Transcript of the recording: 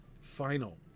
Final